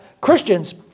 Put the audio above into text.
Christians